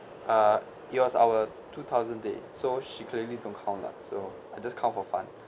uh it was our two thousand date so she clearly don't count lah so I just count for fun